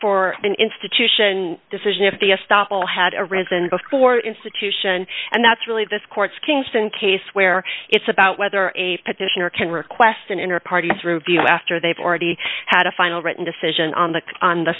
for an institution decision if the estoppel had arisen before institution and that's really this court's kingston case where it's about whether a petitioner can request an inner party through view after they've already had a final written decision on the on the